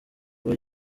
kuba